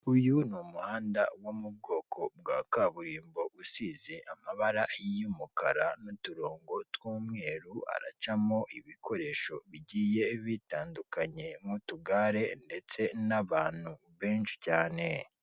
Ni umuhanda wo mu bwoko bwa kaburimbo usize amabara y'umukara n'uturonko tw'umweru haracamo ibikoresho bigiye bitandukanye nk'utugare ndetse n'abantu benshi cyane.